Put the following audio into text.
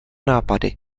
nápady